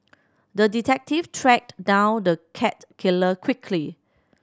the detective tracked down the cat killer quickly